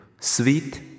sweet